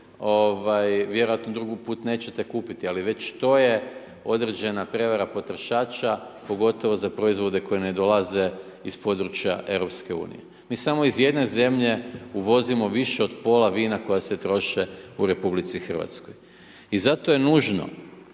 vjerojatno drugi put nećete kupiti ali već i to je određena prijevara potrošača pogotovo za proizvode koji ne dolaze iz područja EU. Mi samo iz jedne zemlje uvozimo više od pola vina koja se troše u RH. I zato je nužno